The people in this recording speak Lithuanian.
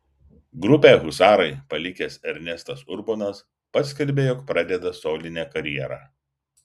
grupę husarai palikęs ernestas urbonas paskelbė jog pradeda solinę karjerą